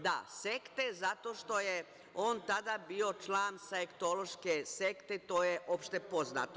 Da, sekte, zato što je on tada bio član Sajentološke sekte, to je opšte poznato.